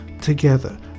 together